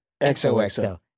XOXO